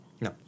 No